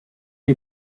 die